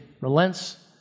relents